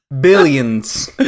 Billions